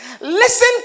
listen